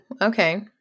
okay